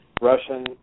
Russian